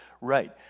Right